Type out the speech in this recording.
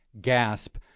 gasp